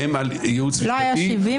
הם על ייעוץ משפטי,